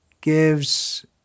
gives